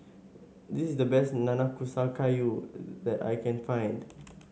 this is the best Nanakusa Gayu that I can find